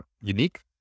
unique